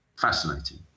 fascinating